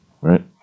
Right